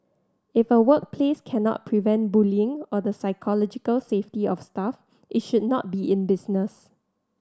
if a workplace cannot prevent bullying or the psychological safety of staff it should not be in business